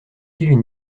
une